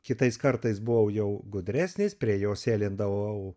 kitais kartais buvau jau gudresnis prie jo sėlindavau